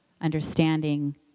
understanding